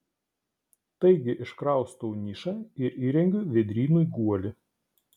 taigi iškraustau nišą ir įrengiu vėdrynui guolį